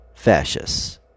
fascists